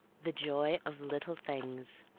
the joy of little things